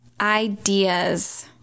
ideas